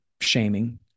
shaming